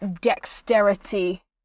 dexterity